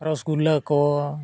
ᱨᱚᱥᱜᱩᱞᱞᱟᱹ ᱠᱚ